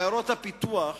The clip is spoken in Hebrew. בעיירות הפיתוח